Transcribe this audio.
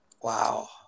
Wow